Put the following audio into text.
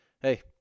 hey